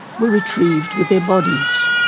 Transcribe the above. were retrieved with their bodies.